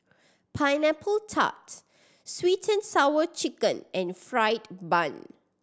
Pineapple Tart Sweet And Sour Chicken and fried bun